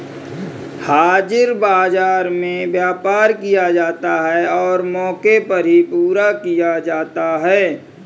हाजिर बाजार में व्यापार किया जाता है और मौके पर ही पूरा किया जाता है